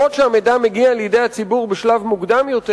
אף-על-פי שהמידע מגיע אל הציבור בשלב מוקדם יותר